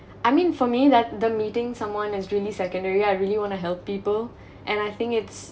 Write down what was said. I mean for me that the meeting someone is really secondary I really want to help people and I think it's